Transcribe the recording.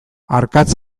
arkatz